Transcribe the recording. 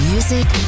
Music